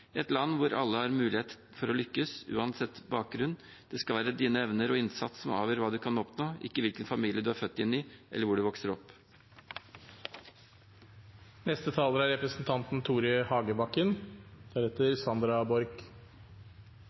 et land hvor alle har mulighet for å lykkes uansett bakgrunn. Det skal være dine evner og din innsats som avgjør hva du kan oppnå, ikke hvilken familie du er født inn i, eller hvor du vokser opp. Bruddene som er